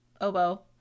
oboe